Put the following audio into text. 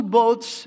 boats